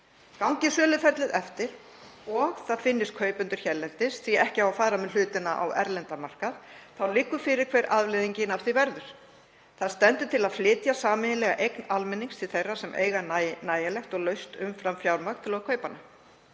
Gangi söluferlið eftir og finnist kaupendur hérlendis, því að ekki á að fara með hlutina á erlendan markað, liggur fyrir hver afleiðingin af því verður. Til stendur að flytja sameiginlega eign almennings til þeirra sem eiga nægjanlegt og laust umframfjármagn til kaupanna.